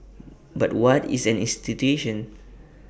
but what is an institution